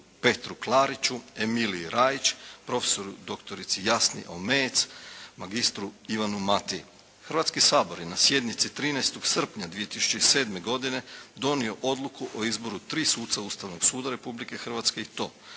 Petru Klariću, Emiliji Raić, profesoru doktorici Jasni Omejec, magistru Ivanu Matiji. Hrvatski sabor je na sjednici 13. srpnja 2007. godine donio Odluku o izboru tri suca Ustavnog suda Republike Hrvatske i to: